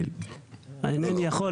הנושא של הפלישות כרגע,